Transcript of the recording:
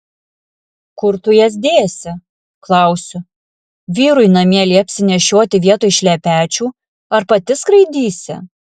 kur tu jas dėsi klausiu vyrui namie liepsi nešioti vietoj šlepečių ar pati skraidysi